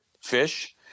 fish